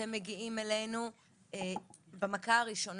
אתם מגיעים במכה הראשונה.